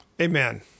Amen